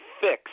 fix